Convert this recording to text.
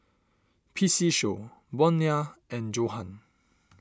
P C Show Bonia and Johan